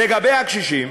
לגבי קשישים,